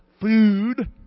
Food